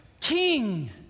king